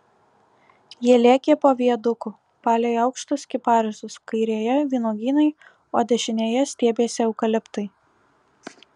jie lėkė po viaduku palei aukštus kiparisus kairėje vynuogynai o dešinėje stiebėsi eukaliptai